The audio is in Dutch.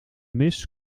mist